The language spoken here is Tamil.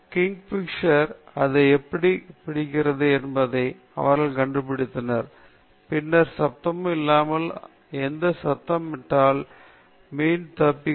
கிங்ஃபிஷர் அதை எப்படிப் பிடிக்கிறது என்பதை அவர்கள் கண்டுபிடித்தனர் பின்னர் எந்த சப்தமும் இல்லாமல் அது சத்தமிட்டால் மீன் தப்பிக்கும்